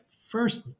first